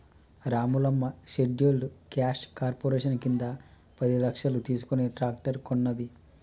Ramulamma scheduled caste corporation కింద పది లక్షలు తీసుకుని ట్రాక్టర్ కొన్నది